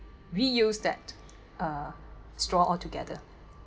reuse that uh straw all together